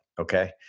Okay